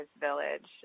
village